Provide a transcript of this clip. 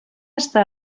està